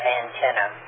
antenna